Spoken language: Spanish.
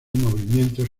movimientos